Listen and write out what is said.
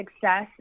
success